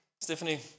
Stephanie